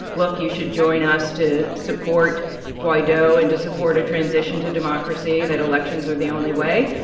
look you should join us to support guaido and to support a transition to democracy that elections are the only way.